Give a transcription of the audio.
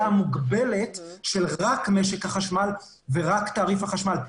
המוגבלת של רק משק החשמל ורק תעריף החשמל.